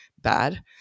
bad